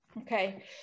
Okay